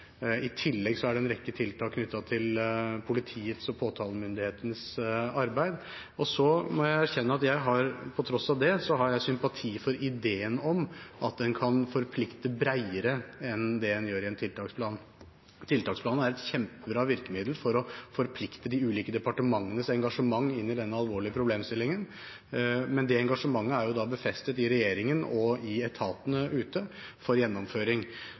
I tillegg er det en rekke tiltak knyttet til politiets og påtalemyndighetens arbeid. Så må jeg erkjenne at jeg på tross av det har sympati for ideen om at en kan forplikte bredere enn det en gjør i en tiltaksplan. Tiltaksplanen er et kjempebra virkemiddel for å forplikte de ulike departementenes engasjement inn i denne alvorlige problemstillingen, men det engasjementet er da befestet i regjeringen og i etatene ute for gjennomføring.